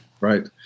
Right